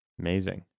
Amazing